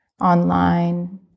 online